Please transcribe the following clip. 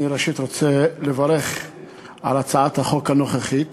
אני, ראשית, רוצה לברך על הצעת החוק הנוכחית